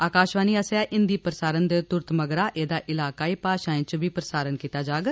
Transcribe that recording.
आकाशवाणी आसेआ हिंदी प्रसारण दे तुरत मगरा एहदा इलाकाई भाषाएं च बी प्रसारण कीता जाग